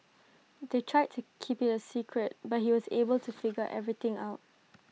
they tried to keep IT A secret but he was able to figure everything out